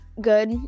good